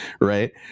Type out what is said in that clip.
right